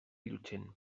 llutxent